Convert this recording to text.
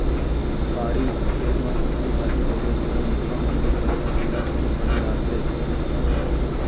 बाड़ी, खेत म सब्जी भाजी बोबे तिंहा मूसवा मन बिकट के बिला बना डारथे